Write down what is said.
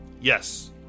Yes